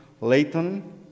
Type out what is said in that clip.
Leighton